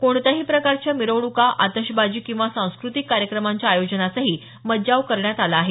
कोणत्याही प्रकारच्या मिरवणुका आतषबाजी किंवा सांस्क्रतिक कार्यक्रमांच्या आयोजनासही मज्जाव करण्यात आला आहे